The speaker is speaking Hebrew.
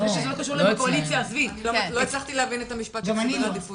לא הצלחתי להבין את המשפט של "סדרי עדיפויות".